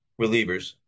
relievers